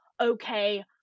okay